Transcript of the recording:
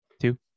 Two